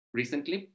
recently